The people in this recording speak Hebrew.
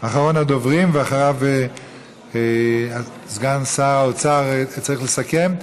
אחרון הדוברים, ואחריו סגן שר האוצר צריך לסכם?